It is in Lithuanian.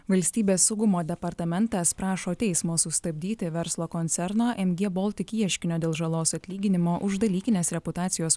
valstybės saugumo departamentas prašo teismo sustabdyti verslo koncerno mg baltic ieškinio dėl žalos atlyginimo už dalykinės reputacijos